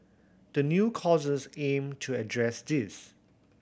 the new courses aim to address this